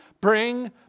bring